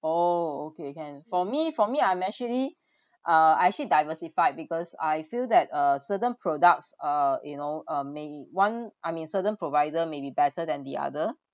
oh okay can for me for me I'm actually ah I actually diversified because I feel that uh certain products uh you know uh may want I mean certain provider may be better than the other